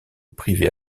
privée